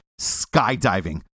skydiving